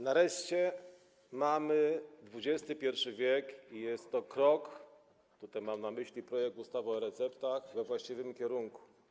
Nareszcie mamy XXI w. i jest to krok - tutaj mam na myśli projekt ustawy o e-receptach - we właściwym kierunku.